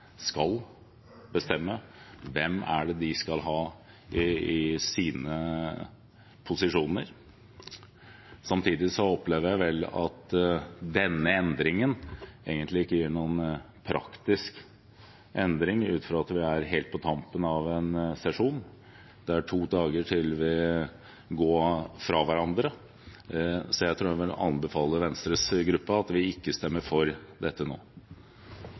skal bestemme hvem det er de skal ha i sine posisjoner. Samtidig opplever jeg vel at denne endringen egentlig ikke gir noen praktisk endring, ut fra at vi er helt på tampen av en sesjon – det er to dager til vi går fra hverandre. Så jeg tror jeg vil anbefale Venstres gruppe at vi ikke stemmer for dette nå.